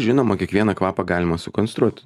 žinoma kiekvieną kvapą galima sukonstruot